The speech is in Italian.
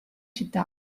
città